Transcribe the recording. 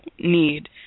need